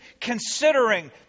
considering